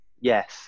yes